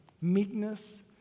meekness